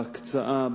בהקצאה,